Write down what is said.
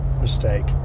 mistake